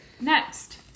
Next